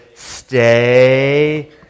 Stay